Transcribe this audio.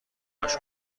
گمش